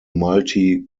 multi